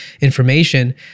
information